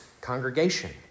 congregation